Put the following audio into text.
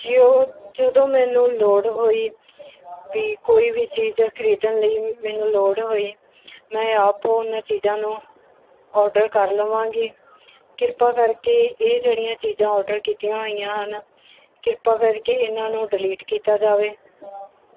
ਜੋ ਜਦੋਂ ਮੈਨੂੰ ਲੋੜ ਹੋਈ ਵੀ ਕੋਈ ਵੀ ਚੀਜ਼ ਖਰੀਦਣ ਲਈ ਮੈਨੂੰ ਲੋੜ ਹੋਈ ਮੈਂ ਆਪ ਉਹਨਾਂ ਚੀਜ਼ਾਂ ਨੂੰ ਆਰਡਰ ਕਰ ਲਵਾਂਗੀ ਕਿਰਪਾ ਕਰਕੇ ਇਹ ਜਿਹੜੀਆਂ ਚੀਜ਼ਾਂ ਆਰਡਰ ਕੀਤੀਆਂ ਹੋਈਆਂ ਹਨ ਕਿਰਪਾ ਕਰਕੇ ਇਹਨਾਂ ਨੂੰ ਡਿਲੀਟ ਕੀਤਾ ਜਾਵੇ